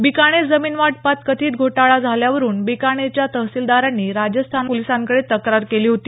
बिकानेर जमीन वाटपात कथित घोटाळा झाल्यावरुन बिकानेरच्या तहसीलदारांनी राजस्थान पोलिसांकडे तक्रार केली होती